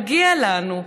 מגיע לנו.